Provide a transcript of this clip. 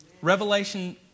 Revelation